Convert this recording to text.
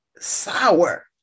sour